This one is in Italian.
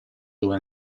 dove